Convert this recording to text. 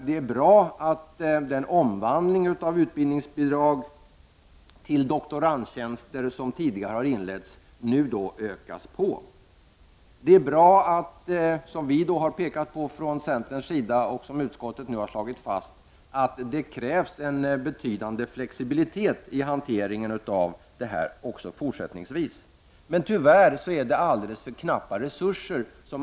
Det är bra att den omvandling av utbildningsbidrag till doktorandtjänster som tidigare har inletts nu fortsätter. Det är, som vi har pekat på från centerns sida och som utskottet nu har slagit fast, bra att det även fortsättningsvis krävs en betydande flexibilitet i hanteringen av detta. Tyvärr är de resurser som anslås alldeles för knappa.